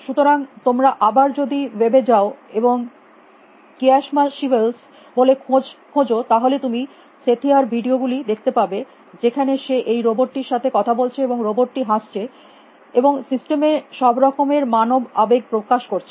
সুতরাং তোমরা আবার যদি ওয়েব এ যাও এবং কিসমাশিভেল্স বলে খোঁজ তাহলে তুমি সেথিয়া রভিডিও গুলি দেখতে পাবে যেখানে সে এই রোবট টির সাথে কথা বলছে এবং রোবট টি হাসছে এবং সিস্টেম এ সব রকমের মানব আবেগ প্রকাশ করছে